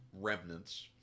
remnants